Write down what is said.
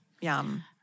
yum